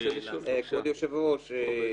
אדוני היושב ראש,